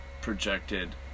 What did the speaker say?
projected